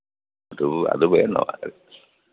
അത് അത് വേണമത്